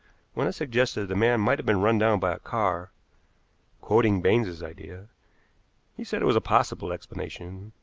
when i suggested the man might have been run down by a car quoting baines's idea he said it was a possible explanation.